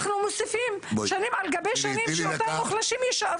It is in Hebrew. אנחנו מוסיפים שנים על גבי שנים שאותם מוחלשים יישארו מוחלשים.